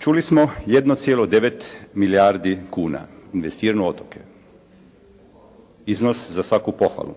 Čuli smo, 1,9 milijardi kuna investirano u otoke, iznos za svaku pohvalu.